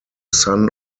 son